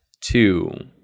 two